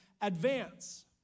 advance